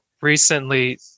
recently